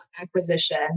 acquisition